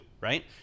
right